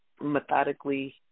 methodically